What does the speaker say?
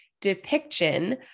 depiction